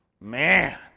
Man